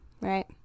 right